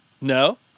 No